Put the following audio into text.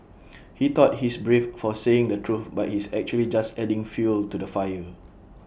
he thought he's brave for saying the truth but he's actually just adding fuel to the fire